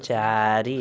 ଚାରି